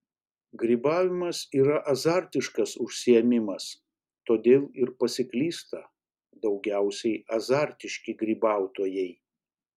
grybavimas yra azartiškas užsiėmimas todėl ir pasiklysta daugiausiai azartiški grybautojai